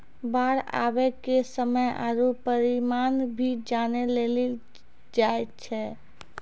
बाढ़ आवे के समय आरु परिमाण भी जाने लेली चाहेय छैय?